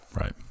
Right